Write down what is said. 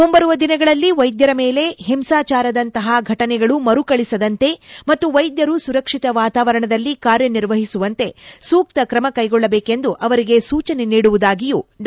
ಮುಂಬರುವ ದಿನಗಳಲ್ಲಿ ವೈದ್ಯರ ಮೇಲೆ ಹಿಂಸಾಚಾರದಂತಹ ಘಟನೆಗಳು ಮರುಕಳಿಸದಂತೆ ಮತ್ತು ವೈದ್ಯರು ಸುರಕ್ಷಿತ ವಾತಾವರಣದಲ್ಲಿ ಕಾರ್ಯ ನಿರ್ವಹಿಸುವಂತೆ ಸೂಕ್ತ ತ್ರಮ ಕ್ಷೆಗೊಳ್ಳಬೇಕೆಂದು ಅವರಿಗೆ ಸೂಜನೆ ನೀಡುವುದಾಗಿಯೂ ಡಾ